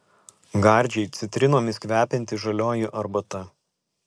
gardžiai citrinomis kvepianti žalioji arbata